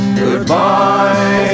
goodbye